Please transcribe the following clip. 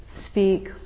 speak